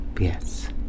Yes